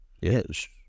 Yes